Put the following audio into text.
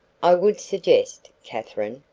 i would suggest, katherine,